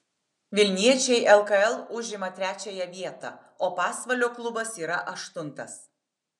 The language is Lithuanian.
vilniečiai lkl užima trečiąją vietą o pasvalio klubas yra aštuntas